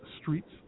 Streets